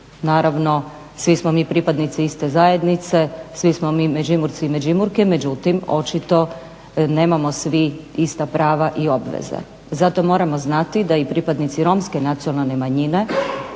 Naravno svi smo mi pripadnici iste zajednice, svi smo mi Međimurci i Međimurke, međutim očito nemamo svi ista prava i obveze. Zato moramo znati da i pripadnici romske nacionalne manjine